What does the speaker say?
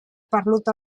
perdut